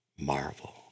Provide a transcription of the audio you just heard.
Marvel